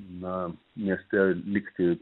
na mieste likti